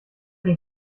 den